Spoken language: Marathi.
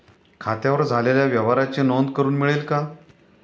खात्यावर झालेल्या व्यवहाराची नोंद करून मिळेल का?